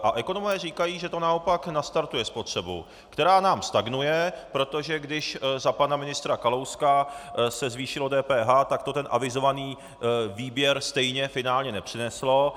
A ekonomové říkají, že to naopak nastartuje spotřebu, která nám stagnuje, protože když za pana ministra Kalouska se zvýšilo DPH, tak to ten avizovaný výběr stejně finálně nepřineslo.